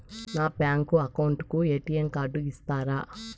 నా bank account కు ATM card ఇస్తారా